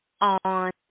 on